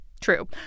True